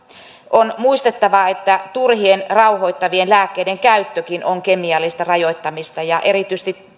on muistettava että turhien rauhoittavien lääkkeiden käyttökin on kemiallista rajoittamista ja erityisesti